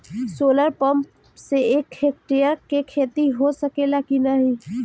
Solar pump से एक hectare क खेती हो सकेला की नाहीं?